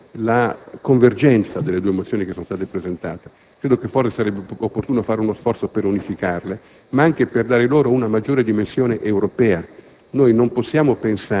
e, notando la convergenza delle due mozioni presentate, credo che forse sarebbe opportuno fare uno sforzo per unificarle e per dare ad esse una maggiore dimensione europea.